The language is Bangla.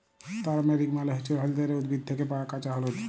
তারমেরিক মালে হচ্যে হল্যদের উদ্ভিদ থ্যাকে পাওয়া কাঁচা হল্যদ